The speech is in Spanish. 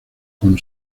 con